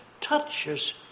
touches